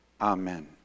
Amen